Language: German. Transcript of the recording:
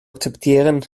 akzeptieren